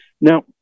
Now